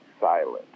silent